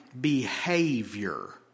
behavior